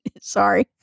Sorry